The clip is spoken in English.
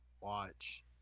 watch